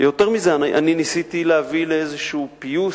יותר מזה, ניסיתי להביא לפיוס